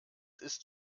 ist